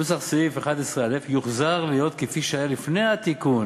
נוסח סעיף 11א יוחזר להיות כפי שהיה לפני התיקון